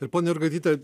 ir ponia jurgaityte